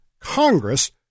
Congress